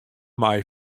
mei